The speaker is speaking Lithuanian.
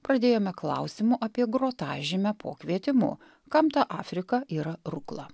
pradėjome klausimu apie grotažymę po kvietimu kam ta afrika yra rukla